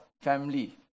family